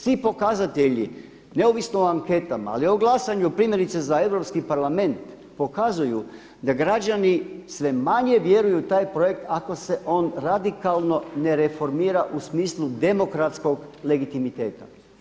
Svi pokazatelji, neovisno o anketama, ali o glasanju primjerice za Europski parlament pokazuju da građani sve manje vjeruju u taj projekt ako se on radikalno ne reformira u smislu demokratskog legitimiteta.